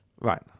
Right